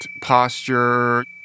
posture